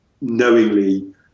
knowingly